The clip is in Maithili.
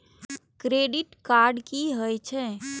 क्रेडिट कार्ड की हे छे?